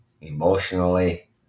emotionally